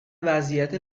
وضعیت